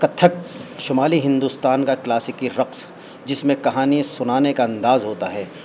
کتھک شمالی ہندوستان کا کلاسکی رقص جس میں کہانی سنانے کا انداز ہوتا ہے